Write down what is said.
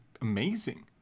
amazing